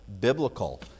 biblical